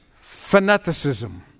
fanaticism